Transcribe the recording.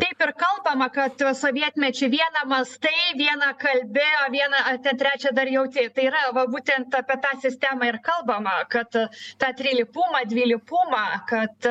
taip ir kalbama kad sovietmečiu viena mąstai viena kalbi o viena ar ten trečia dar jauti tai yra va būtent apie tą sistemą ir kalbama kad tą trilypumą dvilypumą kad